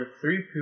three